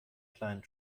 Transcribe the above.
kleinen